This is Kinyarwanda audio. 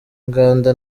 inganda